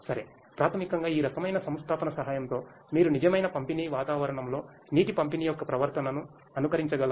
సరే ప్రాథమికంగా ఈ రకమైన సంస్థాపన సహాయంతో మీరు నిజమైన పంపిణీ వాతావరణంలో నీటి పంపిణీ యొక్క ప్రవర్తనను అనుకరించగలరా